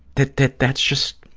that that that's just